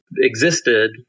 existed